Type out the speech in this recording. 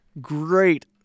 Great